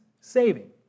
saving